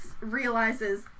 realizes